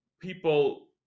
people